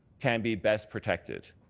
can be best protected.